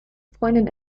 freundin